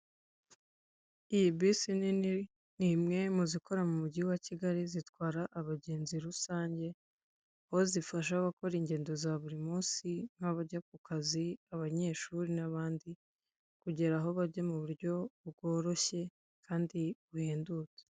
Iyi bisi nini ni imwe muzikora mu mujyi wa Kigali zitwara abagenzi rusange, aho zifasha abakora ingendo za buri munsi, abajya ku kazi, abanyeshuri n'abandi kugera aho bajya mu buryo bworoshye, kandi bwihuse.